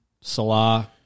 Salah